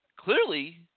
clearly